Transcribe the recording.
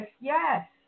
yes